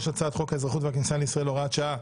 3. הצעת חוק האזרחות והכניסה לישראל (הוראת שעה),